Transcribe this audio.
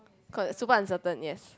cause super uncertain yes